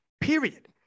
Period